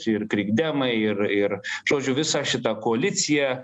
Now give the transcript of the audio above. ir krikdemai ir ir žodžiu visa šita koalicija